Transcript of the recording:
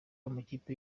amakipe